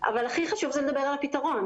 אבל הכי חשוב זה לדבר על הפתרון.